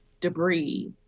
debris